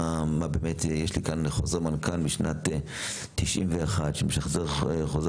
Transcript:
יש לי כאן חוזר מנכ"ל משנת 1991 שמשחזר חוזר